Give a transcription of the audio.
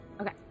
Okay